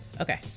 Okay